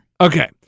Okay